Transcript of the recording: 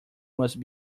must